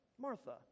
Martha